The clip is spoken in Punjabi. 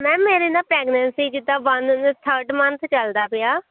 ਮੈਮ ਮੇਰੇ ਨਾ ਪ੍ਰੈਗਨੈਂਸੀ ਜਿੱਦਾਂ ਵਨ ਥਰਡ ਮੰਥ ਚਲਦਾ ਪਿਆ